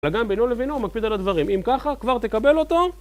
לגן בינו לבינו הוא מקפיד על הדברים, אם ככה כבר תקבל אותו